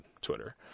Twitter